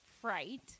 fright